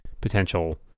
potential